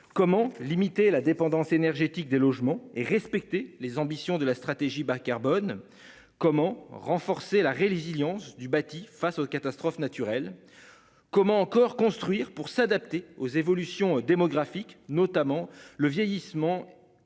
Comment limiter la dépendance énergétique des logements et respecter les ambitions de la stratégie bas-carbone. Comment renforcer la religion du bâti face aux catastrophes naturelles. Comment encore construire pour s'adapter aux évolutions démographiques, notamment le vieillissement. Notamment